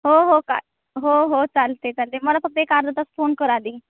हो हो का हो हो चालतं आहे चालतं आहे मला फक्त एक अर्धा तास फोन कर आधी